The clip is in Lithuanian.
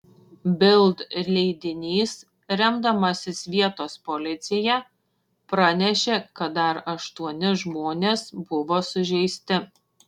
bild leidinys remdamasis vietos policija pranešė kad dar aštuoni žmonės buvo sužeisti